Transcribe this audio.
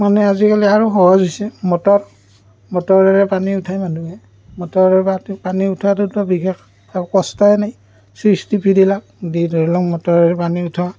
মানে আজিকালি আৰু সহজ হৈছে মটৰ মটৰেৰে পানী উঠাই মানুহে মটৰতটো পানী উঠোৱাটোতো বিশেষ একো কষ্টই নাই ছুইচ টিপি দিলাক দি ধৰি লওক মটৰেৰে পানী উঠোৱা